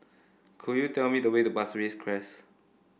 could you tell me the way to Pasir Ris Crest